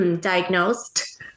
diagnosed